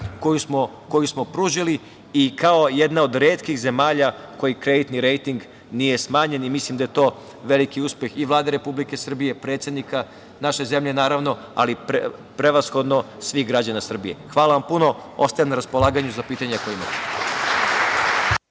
koju smo pružili i kao jedna od retkih zemalja kojoj kreditni rejting nije smanjen i mislim da je to veliki uspeh i Vlade Republike Srbije, predsednika naše zemlje, ali prevashodno svih građana Srbije. Hvala vam puno. Ostajem na raspolaganju za pitanja koja imate.